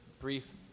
brief